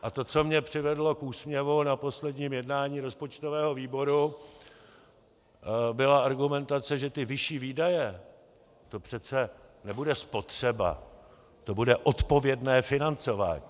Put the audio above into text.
A to, co mě přivedlo k úsměvu na posledním jednání rozpočtového výboru, byla argumentace, že ty vyšší výdaje, to přece nebude spotřeba, to bude odpovědné financování.